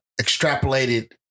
extrapolated